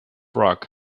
rocks